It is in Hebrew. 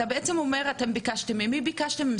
ממי ביקשתם?